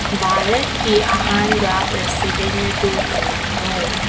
ꯚꯥꯔꯠꯀꯤ ꯑꯍꯥꯟꯕ ꯄ꯭ꯔꯦꯁꯤꯗꯦꯟ ꯑꯗꯨ ꯀꯅꯥꯅꯣ